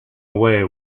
away